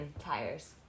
Tires